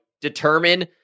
determine